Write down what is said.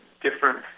different